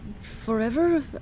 forever